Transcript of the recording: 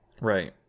Right